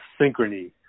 synchrony